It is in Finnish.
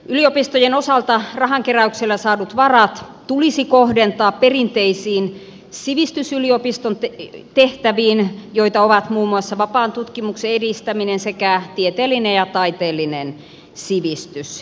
yliopistojen osalta rahankeräyksellä saadut varat tulisi kohdentaa perinteisiin sivistysyliopiston tehtäviin joita ovat muun muassa vapaan tutkimuksen edistäminen sekä tieteellinen ja taiteellinen sivistys